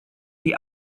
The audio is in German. die